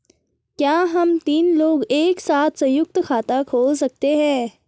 क्या हम तीन लोग एक साथ सयुंक्त खाता खोल सकते हैं?